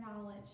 knowledge